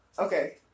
Okay